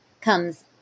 comes